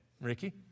Ricky